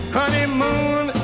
honeymoon